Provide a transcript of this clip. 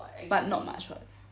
but not much [what]